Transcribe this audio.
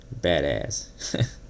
badass